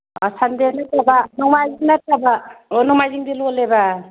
ꯑꯥ ꯁꯟꯗꯦ ꯅꯠꯇꯕ ꯅꯣꯡꯃꯥꯏꯖꯤꯡ ꯅꯠꯇꯕ ꯑꯣ ꯅꯣꯡꯃꯥꯏꯖꯤꯡꯗꯤ ꯂꯣꯜꯂꯦꯕ